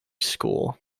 school